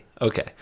Okay